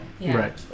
right